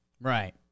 right